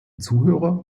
zuhörer